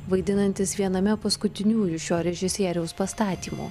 vaidinantis viename paskutiniųjų šio režisieriaus pastatymų